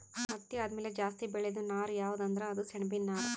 ಹತ್ತಿ ಆದಮ್ಯಾಲ ಜಾಸ್ತಿ ಬೆಳೇದು ನಾರ್ ಯಾವ್ದ್ ಅಂದ್ರ ಅದು ಸೆಣಬಿನ್ ನಾರ್